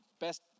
best